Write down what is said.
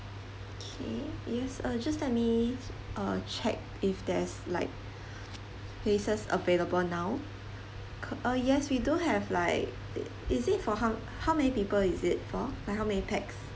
okay use uh just let me uh check if there's like places available now uh yes we do have like is it for how how many people is it for like how many pax